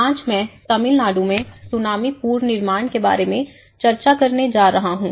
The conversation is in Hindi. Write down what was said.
आज मैं तमिलनाडु में सुनामी पुनर्निर्माण के बारे में दो भागों में चर्चा करने जा रहा हूँ